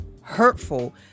hurtful